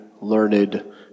learned